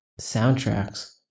soundtracks